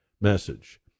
message